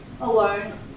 alone